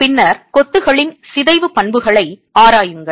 பின்னர் கொத்துகளின் சிதைவு பண்புகளை ஆராயுங்கள்